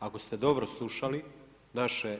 Ako ste dobro slušali naše